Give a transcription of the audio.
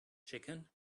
chicken